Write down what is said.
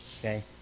Okay